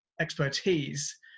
expertise